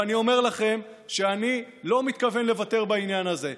ואני אומר לכם שאני לא מתכוון לוותר בעניין הזה.